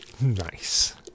Nice